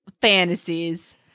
fantasies